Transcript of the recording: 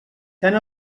tant